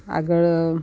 આગળ